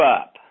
up